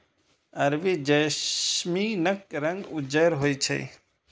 अरबी जैस्मीनक रंग उज्जर होइ छै